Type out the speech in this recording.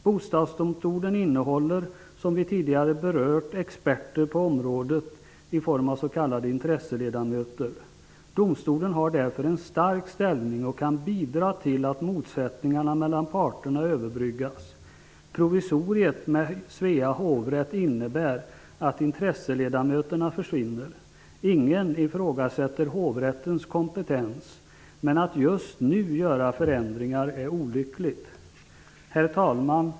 Bostadsdomstolen innehåller, som vi tidigare berört, experter på området i form av s.k. intresseledamöter. Domstolen har därför en stark ställning och kan bidra till att motsättningarna mellan parterna överbryggas. Provisoriet med Svea hovrätt innebär att intresseledamöterna försvinner. Ingen ifrågasätter hovrättens kompetens, men att just nu göra förändringar är olyckligt. Herr talman!